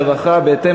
הרווחה והבריאות,